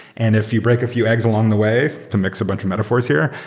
and if you break a few eggs along the way to mix a bunch of metaphors here,